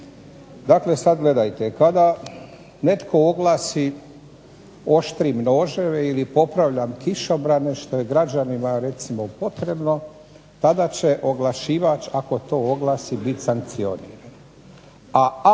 Dakle sad gledajte, kada netko oglasi oštrim noževe ili popravljam kišobrane što je građanima recimo potrebno tada će oglašivač ako to oglasi bit sankcioniran,